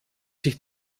sich